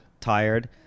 Tired